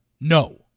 no